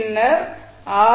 பின்னர் ஆர்